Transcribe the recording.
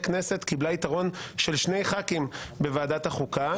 כנסת קיבלה יתרון של שני ח"כים בוועדת החוקה.